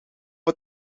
het